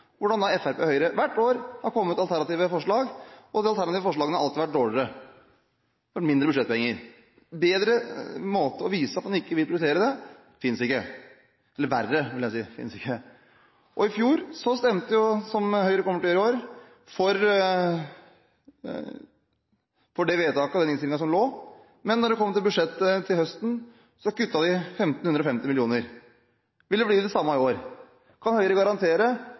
hvordan Fremskrittspartiet og Høyre hvert år har kommet med alternative forslag. De alternative forslagene har alltid vært dårligere, det har vært mindre budsjettpenger. En bedre måte å vise at man ikke vil prioritere det, finnes ikke – eller verre, vil jeg si. I fjor stemte Høyre, som Høyre kommer til å gjøre i år, for den innstillingen som forelå. Men da det kom til budsjettet om høsten, kuttet de 1 550 mill. kr. Det vil bli det samme i år. Kan Høyre